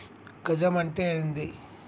గజం అంటే ఏంది?